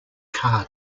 car